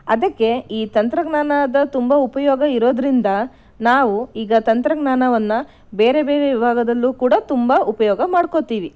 ಅದಕ್ಕೆ ಈ ತಂತ್ರಜ್ಞಾನದ ತುಂಬ ಉಪಯೋಗ ಇರೋದ್ರಿಂದ ನಾವು ಈಗ ತಂತ್ರಜ್ಞಾನವನ್ನು ಬೇರೆ ಬೇರೆ ವಿಭಾಗದಲ್ಲೂ ಕೂಡ ತುಂಬ ಉಪಯೋಗ ಮಾಡ್ಕೋತೀವಿ